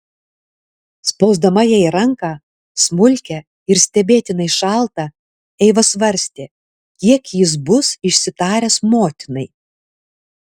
spausdama jai ranką smulkią ir stebėtinai šaltą eiva svarstė kiek jis bus išsitaręs motinai